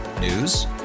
News